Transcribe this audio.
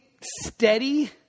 steady